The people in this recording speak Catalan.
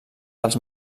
dels